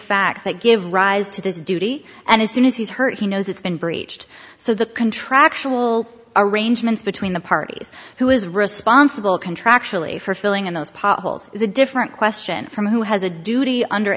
facts that give rise to this duty and as soon as he's heard he knows it's been breached so the contractual arrangements between the parties who is responsible contractually for filling in those policy is a different question from who has a duty under